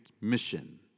mission